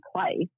place